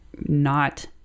not-